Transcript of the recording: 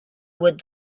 with